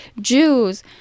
Jews